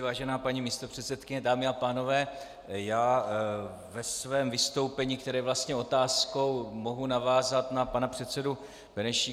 Vážená paní místopředsedkyně, dámy a pánové, ve svém vystoupení, které je vlastně otázkou, mohu navázat na pana předsedu Benešíka.